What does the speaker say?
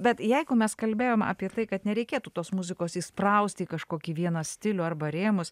bet jeigu mes kalbėjom apie tai kad nereikėtų tos muzikos įsprausti į kažkokį vieną stilių arba rėmus